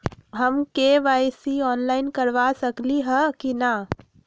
हम KYC online करवा सकली ह कि न?